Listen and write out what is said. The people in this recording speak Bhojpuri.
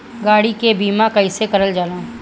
गाड़ी के बीमा कईसे करल जाला?